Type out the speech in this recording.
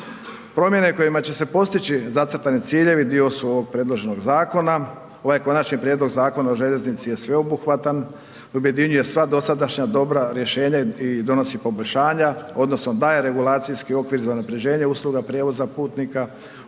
Promjene kojima će se postići zacrtani ciljevi dio su ovog predloženog zakona. Ovaj Konačni prijedlog Zakona o željeznici je sveobuhvatan i objedinjuje sva dosadašnja dobra rješenja i donosi poboljšanja, odnosno daje regulacijski okvir za unaprjeđenje usluge prijevoza putnika,